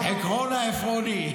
העקרוני, עקרון העפרוני.